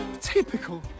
Typical